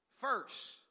First